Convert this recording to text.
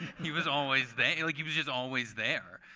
he was always there. like he was just always there.